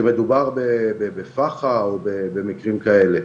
כשמדובר בפח"ע או במקרים כאלה.